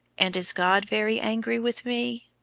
and is god very angry with me?